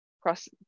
cross